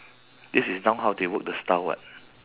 this is now how they work the style [what]